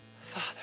Father